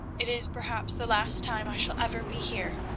it is perhaps the last time i shall ever be here.